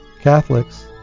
Catholics